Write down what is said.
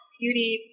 beauty